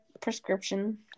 prescription